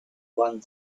one